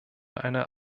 eine